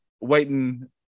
waiting